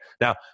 now